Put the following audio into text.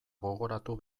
gogoratu